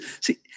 see